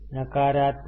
नकारात्मक